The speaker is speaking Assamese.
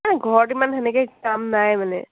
নাই ঘৰত ইমান সেনেকৈ কাম নাই মানে